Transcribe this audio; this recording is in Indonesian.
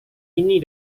ini